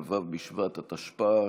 כ"ו בשבט התשפ"א,